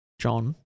John